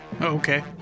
okay